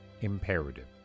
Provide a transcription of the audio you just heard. imperative